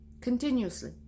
Continuously